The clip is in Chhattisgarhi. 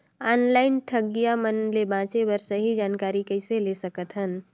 ऑनलाइन ठगईया मन ले बांचें बर सही जानकारी कइसे ले सकत हन?